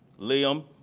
liam,